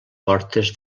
portes